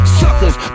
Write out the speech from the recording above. suckers